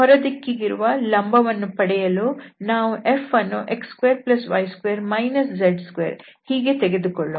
ಹೊರ ದಿಕ್ಕಿಗಿರುವ ಲಂಬವನ್ನು ಪಡೆಯಲು ನಾವು f ಅನ್ನು x2y2 z2 ಹೀಗೆ ತೆಗೆದುಕೊಳ್ಳೋಣ